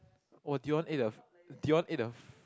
oh Dion ate the Dion ate the f~